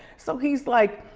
so he's like,